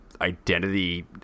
identity